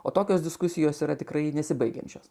o tokios diskusijos yra tikrai nesibaigiančios